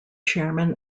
chairman